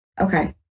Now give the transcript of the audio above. Okay